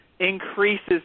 increases